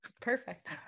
Perfect